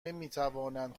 نمیتوانند